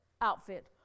outfit